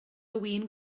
win